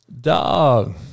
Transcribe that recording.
dog